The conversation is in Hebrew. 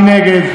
מי נגד?